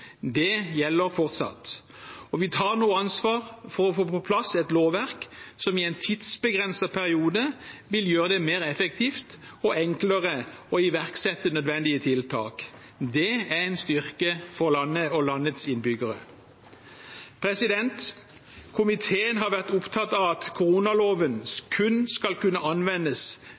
det gjelder fortsatt. Nå tar vi ansvar for å få på plass et lovverk som i en tidsbegrenset periode vil gjøre det mer effektivt og enklere å iverksette nødvendige tiltak. Det er en styrke for landet og landets innbyggere. Komiteen har vært opptatt av at koronaloven kun skal kunne anvendes